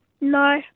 No